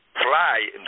Fly